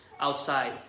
outside